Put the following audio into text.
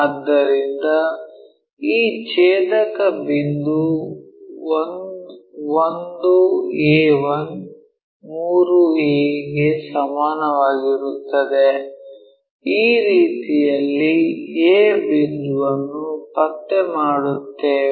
ಆದ್ದರಿಂದ ಈ ಛೇದಕ ಬಿಂದು 1 a1 3a ಗೆ ಸಮನಾಗಿರುತ್ತದೆ ಈ ರೀತಿಯಲ್ಲಿ a ಬಿಂದುವನ್ನು ಪತ್ತೆ ಮಾಡುತ್ತೇವೆ